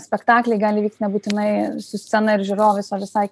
spektakliai gali vykt nebūtinai su scena ir žiūrovais o visai